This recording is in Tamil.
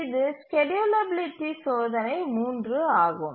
இது ஸ்கேட்யூலபிலிட்டி சோதனை 3 ஆகும்